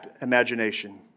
imagination